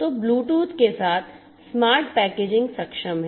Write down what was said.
तो ब्लूटूथ के साथ स्मार्ट पैकेजिंग सक्षम है